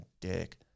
dick